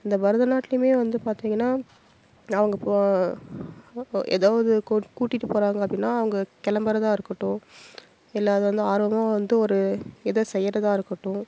இந்த பரதநாட்லுமே வந்து பார்த்திங்கனா அவங்க ஏதாவது கூட்டிட்டு போகிறாங்க அப்படின்னா அவங்க கிளம்புறதா இருக்கட்டும் இல்லை அதை வந்து ஆர்வமாக வந்து ஒரு ஏதோ செய்கிறதா இருக்கட்டும்